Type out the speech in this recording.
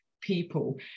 people